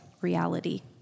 reality